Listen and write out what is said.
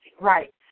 right